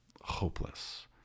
hopeless